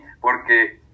porque